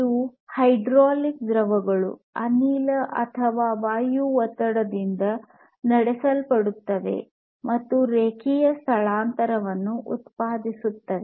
ಇವು ಹೈಡ್ರಾಲಿಕ್ ದ್ರವಗಳು ಅನಿಲ ಅಥವಾ ವಾಯು ಒತ್ತಡದಿಂದ ನಡೆಸಲ್ಪಡುತ್ತವೆ ಮತ್ತು ರೇಖೀಯ ಸ್ಥಳಾಂತರವನ್ನು ಉತ್ಪಾದಿಸುತ್ತವೆ